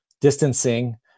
distancing